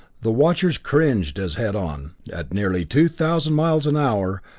the watchers cringed as head on, at nearly two thousand miles an hour,